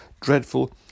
dreadful